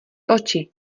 oči